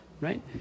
Right